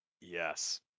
yes